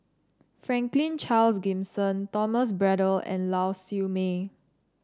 Franklin Charles Gimson Thomas Braddell and Lau Siew Mei